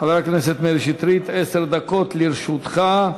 חבר הכנסת מאיר שטרית, עשר דקות לרשותך.